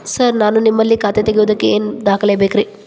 Sir ನಾನು ನಿಮ್ಮಲ್ಲಿ ಖಾತೆ ತೆರೆಯುವುದಕ್ಕೆ ಏನ್ ದಾಖಲೆ ಬೇಕ್ರಿ?